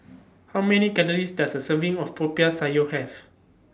How Many Calories Does A Serving of Popiah Sayur Have